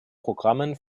programmen